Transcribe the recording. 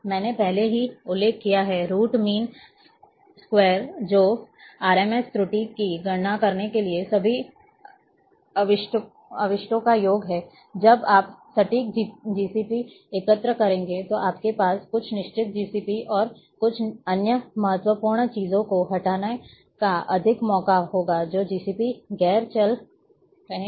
मैंने पहले ही उल्लेख किया है रूट मीन स्क्वायर जो आरएमएस त्रुटि की गणना करने के लिए सभी अवशिष्टों का योग है जब आप सटीक जीसीपी एकत्र करेंगे तो आपके पास कुछ निश्चित जीसीपी और कुछ अन्य महत्वपूर्ण चीजों को हटाने का अधिक मौका होगा जो जीसीपी गैर चल रहे हैं